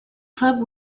club